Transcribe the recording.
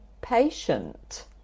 patient